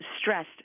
stressed—